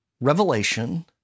revelation